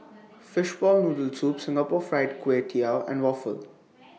Fishball Noodle Soup Singapore Fried Kway Tiao and Waffle